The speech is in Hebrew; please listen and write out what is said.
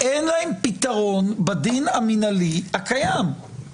אין להם פתרון בדין המנהלי הקיים.